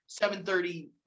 7.30